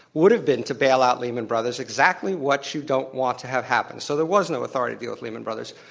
would've been to bail out lehman brothers exactly what you don't want to have happen, so there was no authority to deal with lehman brothers.